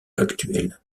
actuels